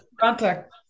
contact